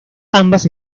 ambas